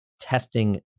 testing